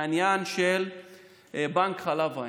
העניין של בנק חלב האם.